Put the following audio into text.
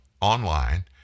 online